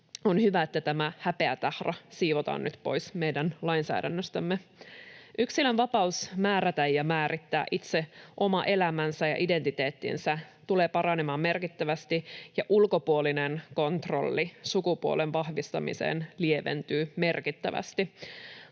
On hyvä, että tämä häpeätahra siivotaan nyt pois meidän lainsäädännöstämme. Yksilön vapaus määrätä ja määrittää itse oma elämänsä ja identiteettinsä tulee paranemaan merkittävästi, ja ulkopuolinen kontrolli sukupuolen vahvistamiseen lieventyy merkittävästi.